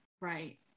right